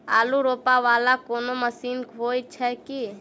आलु रोपा वला कोनो मशीन हो छैय की?